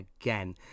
again